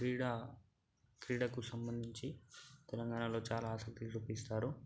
క్రీడ క్రీడకు సంబంధించి తెలంగాణలో చాలా ఆసక్తి చూపిస్తారు